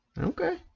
Okay